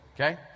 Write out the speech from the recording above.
Okay